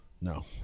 No